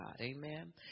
amen